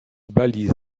balise